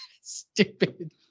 Stupid